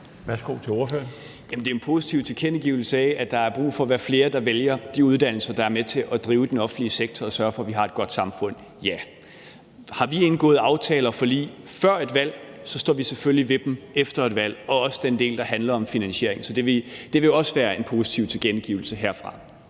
Jeg vil give en positiv tilkendegivelse af, at der er brug for, at flere vælger de uddannelser, der er med til at drive den offentlige sektor og sørge for, at vi har et godt samfund – ja. Har vi indgået aftaler og forlig før et valg, står vi selvfølgelig ved dem efter et valg, også den del, der handler om finansiering. Så det vil også være en positiv tilkendegivelse herfra.